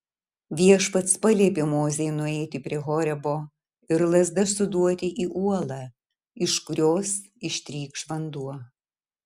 viešpats paliepė mozei nueiti prie horebo ir lazda suduoti į uolą iš kurios ištrykš vanduo